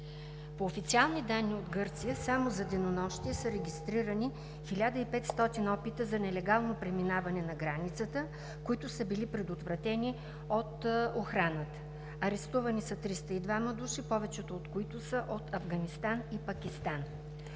По официални данни от Гърция само за денонощие са регистрирани 1500 опита за нелегално преминаване на границата, които са били предотвратени от охраната. Арестувани са 302-ма души, повечето от които са от Афганистан и Пакистан.